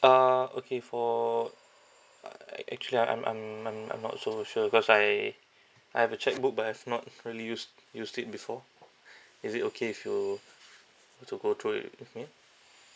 uh okay for uh I actually I'm I'm I'm I'm not so sure cause I I have a cheque book but I've not really used used it before is it okay if you to go through it with me